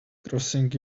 crossing